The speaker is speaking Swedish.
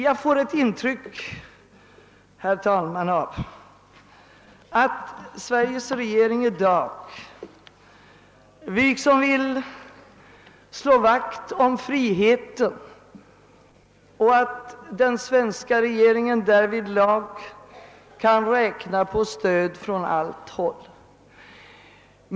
Jag får, herr talman, ett intryck av att Sveriges regering i dag vill slå vakt om friheten och att den svenska regeringen därvidlag kan räkna på stöd från alla håll.